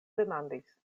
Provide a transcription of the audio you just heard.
demandis